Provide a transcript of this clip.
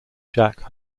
jacques